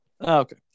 Okay